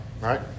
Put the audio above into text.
right